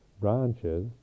branches